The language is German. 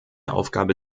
aufgabe